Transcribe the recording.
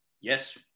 Yes